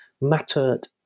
mattered